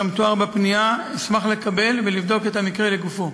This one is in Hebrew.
כמתואר בפנייה, אשמח לקבל ולבדוק את המקרה לגופו.